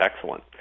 excellent